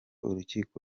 urukiko